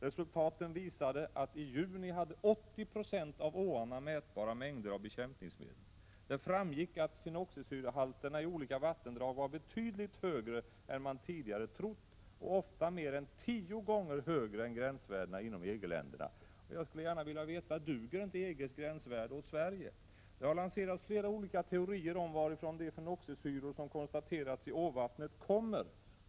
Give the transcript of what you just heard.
Resultaten visade att 80 96 av åarna i juni hade mätbara mängder av bekämpningsmedel. Det framgick att fenoxisyrehalterna i olika vattendrag var betydligt högre än man tidigare trott och ofta mer än tio gånger högre än gränsvärdena inom EG-länderna. Jag skulle gärna vilja veta: Duger inte EG:s gränsvärden åt Sverige? Det har lanserats flera olika teorier om varifrån de fenoxisyror som konstaterats i åvattnet kommer.